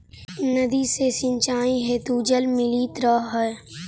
नदी से सिंचाई हेतु जल मिलित रहऽ हइ